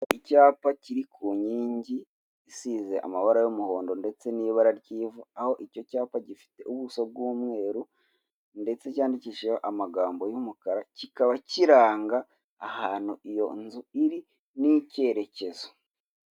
Icyapa kiri ku nkingi isize amabara y'umuhondo ndetse n'ibara ry'ivu, aho icyo cyapa gifite ubuso bw'umweru ndetse cyandikishijeho amagambo y'umukara kikaba kiranga ahantu iyo nzu iri n'icyerekezo.